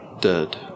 dead